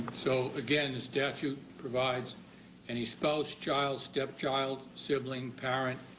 so again, the statute provides any spouse, child, stepchild, sibling, parent,